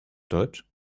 deutsch